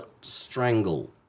strangle